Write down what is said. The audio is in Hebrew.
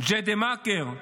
ג'דיידה-מכר,